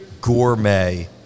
gourmet